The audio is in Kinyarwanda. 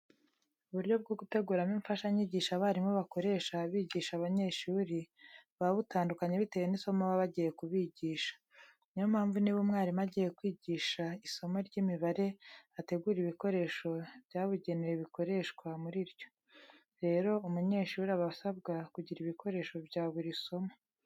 Uburyo bwo guteguramo imfashanyigisho abarimu bakoresha bigisha abanyeshuri, buba butandukanye bitewe n'isomo baba bagiye kubigisha. Ni yo mpamvu niba umwarimu agiye kwigisha isomo ry'imibare ategura ibikoresho byabugenewe bikoreshwa muri ryo. Rero umunyeshuri aba asabwa kugira ibikoresho bya buri somo.